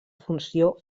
funció